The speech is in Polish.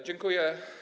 Dziękuję.